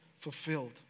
fulfilled